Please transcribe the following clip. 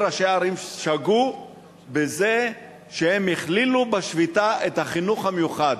ראשי הערים שגו בזה שהם הכלילו בשביתה את החינוך המיוחד,